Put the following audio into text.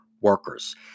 workers